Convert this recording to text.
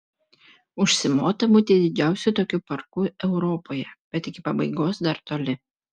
užsimota būti didžiausiu tokiu parku europoje bet iki pabaigos dar toli